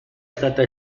stata